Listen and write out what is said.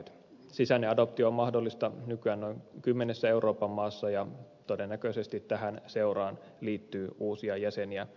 sisäinen adoptio on mahdollista nykyään noin kymmenessä euroopan maassa ja todennäköisesti tähän seuraan liittyy uusia jäseniä lähitulevaisuudessa